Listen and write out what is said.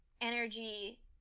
energy